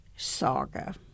saga